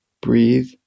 breathe